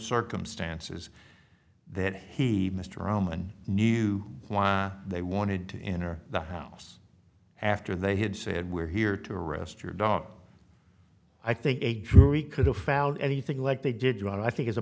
circumstances that he mr ohman knew why they wanted to enter the house after they had said we're here to arrest your daughter i think a jury could have found anything like they did or i think as a